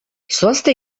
zoazte